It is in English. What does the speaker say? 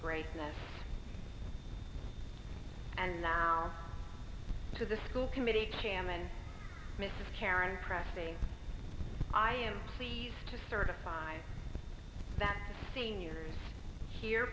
greatness and now to the school committee cam and mrs karen pressing i am pleased to certify that the seniors here